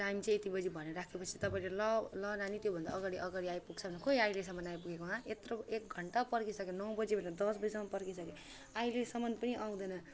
time चाहिँ यति बजी भनेर राखेपछि तपाईँले ल ल नानी त्योभन्दा अगाडि अगाडि आइपुग्छन् खै अहिलेसम्म आइपुगेको हँ यत्रो एक घन्टा पर्खिसकेँ नौ बजी भनेको दस बजीसम्म पर्खिसकेँ अहिलेसम्म पनि आउँदैन